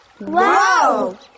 Wow